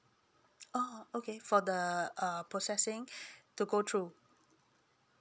oh okay for the err processing to go through